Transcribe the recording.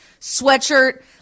sweatshirt